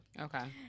Okay